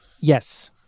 yes